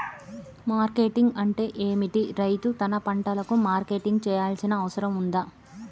Marketing అంటే ఏమిటి? రైతు తన పంటలకు మార్కెటింగ్ చేయాల్సిన అవసరం ఉందా?